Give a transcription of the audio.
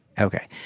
Okay